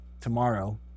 tomorrow